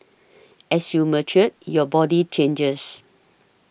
as you mature your body changes